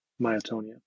myotonia